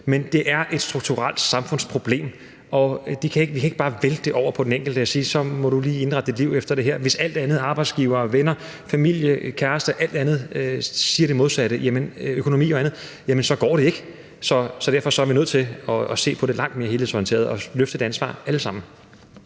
men det er et strukturelt samfundsproblem, og vi kan ikke bare vælte det over på den enkelte og sige: Så må du lige indrette dit liv efter det her. Hvis alt andet – arbejdsgivere, venner, familie, kæreste, økonomi og andet – siger det modsatte, jamen så går det ikke. Så derfor er vi nødt til at se på det langt mere helhedsorienteret og alle sammen